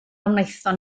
wnaethon